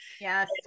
Yes